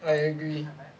I agree